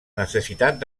necessitat